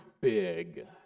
big